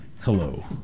Hello